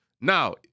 Now